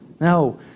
No